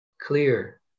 clear